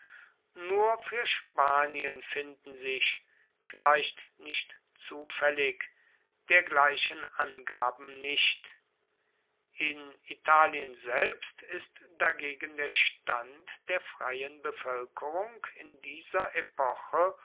nur für spanien finden sich vielleicht nicht zufällig dergleichen angaben nicht in italien selbst ist dagegen der stand der freien bevölkerung in dieser epoche